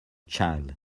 child